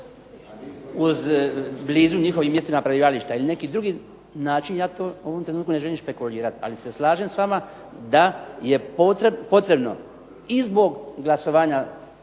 uz blizu njihovim mjestima prebivališta ili neki drugi način ja to u ovom trenutku ne želim špekulirati, ali se slažem s vama da je potrebno i zbog glasovanja